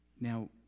Now